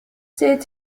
zählt